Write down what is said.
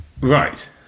Right